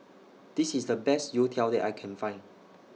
This IS The Best Youtiao that I Can Find